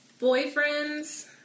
boyfriends